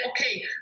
okay